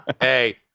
Hey